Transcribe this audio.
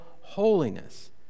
holiness